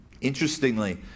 Interestingly